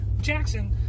Jackson